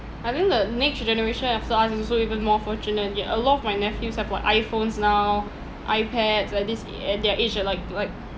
I think the next generation after us is also even more fortunate ya a lot of my nephews have what iphones now ipads at this a~ at their age uh like like